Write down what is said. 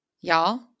Y'all